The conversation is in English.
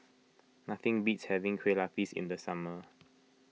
nothing beats having Kueh Lapis in the summer